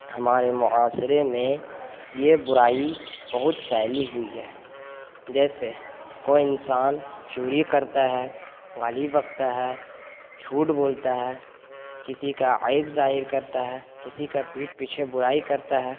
ہمارے معاشرے میں یہ برائی بہت پھیلی ہوئی ہے جیسے کوئی انسان چوری کرتا ہے گالی بکتا ہے جھوٹ بولتا ہے کسی کا عیب ظاہر کرتا ہے کسی کا پیٹھ پیچھے برائی کرتا ہے